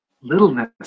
littleness